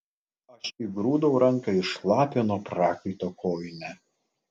aš įgrūdau ranką į šlapią nuo prakaito kojinę